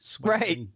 Right